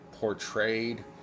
portrayed